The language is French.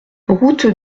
route